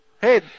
Hey